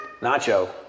nacho